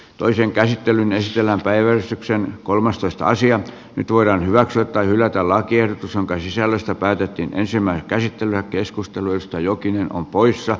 toisen käsittelyn esillä päivän syksyn kolmastoista nyt voidaan hyväksyä tai hylätä lakiehdotus jonka sisällöstä päätettiin ensimmäinen käsittelyä keskusteluista jokinen on poissa